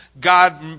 God